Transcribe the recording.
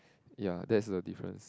ya that's the difference